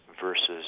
versus